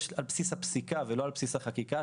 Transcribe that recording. יש על בסיס הפסיקה ולא על בסיס החקיקה,